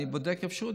אני בודק אפשרות,